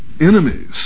enemies